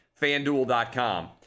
fanduel.com